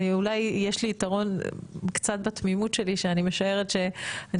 אולי יש לי יתרון קצת בתמימות שלי שאני משערת שאני